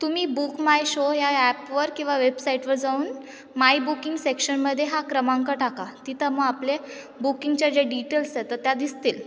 तुम्ही book my show या ॲपवर किंवा वेबसाईटवर जाऊन माय बुकिंग सेक्शनमध्ये हा क्रमांक टाका तिथं मग आपले बुकिंगच्या ज्या डिटेल्स आहे तर त्या दिसतील